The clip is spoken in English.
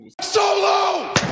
solo